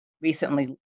recently